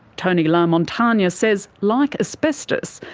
tony lamontagne yeah says like asbestos,